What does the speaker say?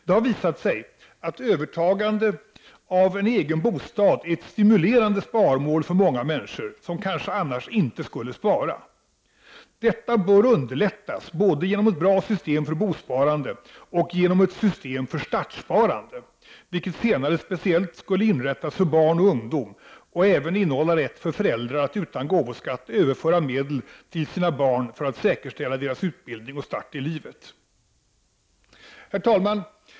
Det har visat sig att övertagandet av en bostad som alltså blir ens egen är ett stimulerande sparmål för många människor som annars kanske inte skulle spara. Detta bör underlättas både genom ett bra system för bosparande och genom ett system för startsparande — det senare skulle speciellt inrättas för barn och ungdom och skulle även innehålla rätt för föräldrar att utan gåvoskatt överföra medel till sina barn för att säkerställa deras utbildning och start i livet. Herr talman!